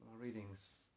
readings